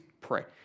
pray